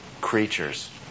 creatures